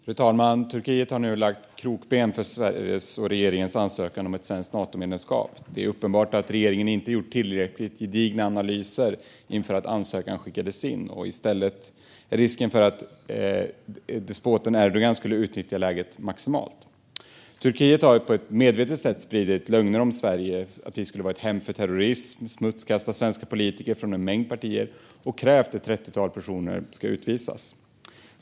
Fru talman! Turkiet har nu lagt krokben för Sveriges och regeringens ansökan om ett svenskt Natomedlemskap. Det är uppenbart att regeringen inför att ansökan skickades in inte gjorde tillräckligt gedigna analyser av risken för att despoten Erdogan skulle utnyttja läget maximalt. Turkiet har på ett medvetet sätt spridit lögner om Sverige och om att Sverige skulle vara ett hem för terrorism samt smutskastat svenska politiker från en mängd partier och krävt att ett trettiotal personer ska utvisas.